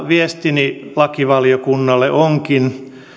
viestini lakivaliokunnalle onkin